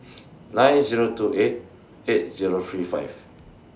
nine Zero two eight eight Zero three five